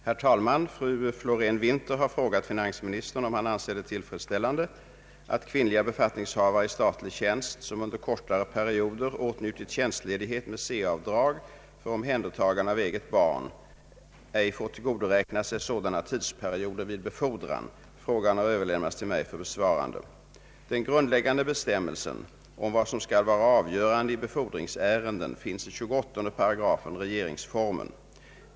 Herr talman! Fru Florén-Winther har frågat finansministern om han an ser det tillfredsställande att kvinnliga befattningshavare i statlig tjänst, som under kortare perioder åtnjutit tjänstledighet med C-avdrag för omhändertagande av eget barn, ej får tillgodoräkna sig sådana tidsperioder vid befordran. Frågan har överlämnats till mig för besvarande. Den grundläggande bestämmelsen om vad som skall vara avgörande i befordringsärenden finns i 28 8 regeringsformen.